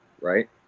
Right